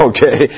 Okay